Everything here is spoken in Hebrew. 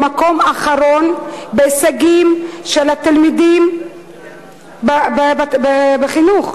במקום האחרון בהישגי התלמידים בחינוך.